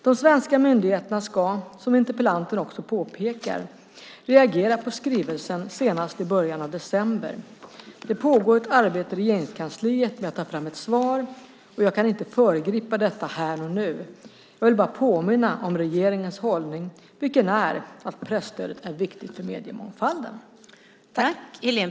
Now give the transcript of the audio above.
De svenska myndigheterna ska, som interpellanten också påpekar, reagera på skrivelsen senast i början av december. Det pågår ett arbete i Regeringskansliet med att ta fram ett svar, och jag kan inte föregripa detta här och nu. Jag vill bara påminna om regeringens hållning, vilken är att presstödet är viktigt för mediemångfalden.